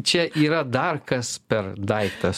čia yra dar kas per daiktas